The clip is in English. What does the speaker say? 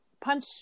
Punch